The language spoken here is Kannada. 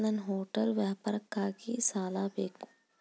ನನ್ನ ಹೋಟೆಲ್ ವ್ಯಾಪಾರಕ್ಕಾಗಿ ಸಾಲ ಬೇಕು